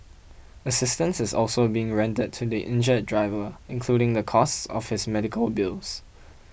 assistance is also being rendered to the injured driver including the cost of his medical bills